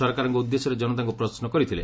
ସରକାରଙ୍କ ଉଦ୍ଦେଶ୍ୟରେ ଜନତାଙ୍କୁ ପ୍ରଶ୍ନ କରିଥିଲେ